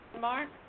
Mark